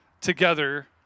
Together